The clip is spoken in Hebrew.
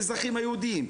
האוכלוסייה הערבית הבדואית,